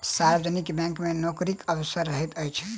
सार्वजनिक बैंक मे नोकरीक अवसर रहैत अछि